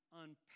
unpack